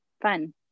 fun